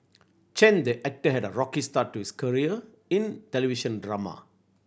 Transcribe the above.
Chen the actor had a rocky start to his career in television drama